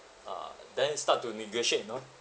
ah then start to negotiate you know